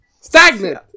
Stagnant